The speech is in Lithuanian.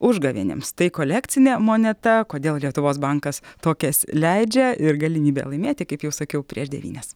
užgavėnėms tai kolekcinė moneta kodėl lietuvos bankas tokias leidžia ir galimybę laimėti kaip jau sakiau prieš devynias